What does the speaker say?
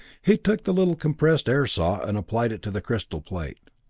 he took the little compressed-air saw, and applied it to the crystal plate.